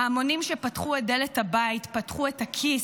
ההמונים שפתחו את דלת הבית, פתחו את הכיס,